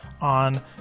on